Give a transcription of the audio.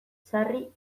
sarri